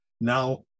now